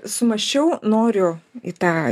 sumąsčiau noriu į tą